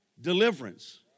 Deliverance